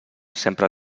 sempre